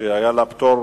שהיה לה פטור